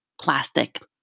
plastic